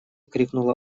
крикнула